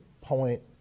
point